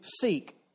seek